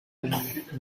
been